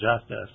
justice